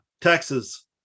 Texas